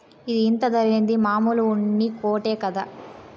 ఇది ఇంత ధరేంది, మామూలు ఉన్ని కోటే కదా